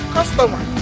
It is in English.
Customer